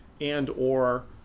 and/or